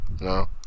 No